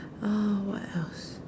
uh what else